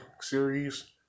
series